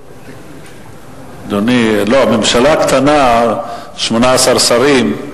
לא, הממשלה קטנה, 18 שרים,